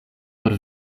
por